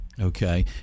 Okay